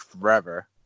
forever